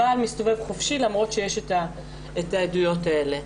הבעל מסתובב חופשי למרות שיש את העדויות האלה.